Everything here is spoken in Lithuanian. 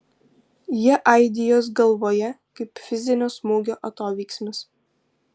jie aidi jos galvoje kaip fizinio smūgio atoveiksmis